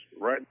right